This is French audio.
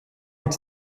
est